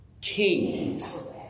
kings